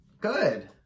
Good